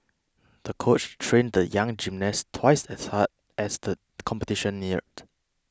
the coach trained the young gymnast twice as hard as the competition neared